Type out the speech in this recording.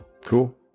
cool